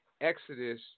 Exodus